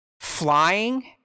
flying